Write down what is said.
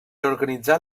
organitzar